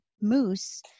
moose